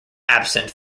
absent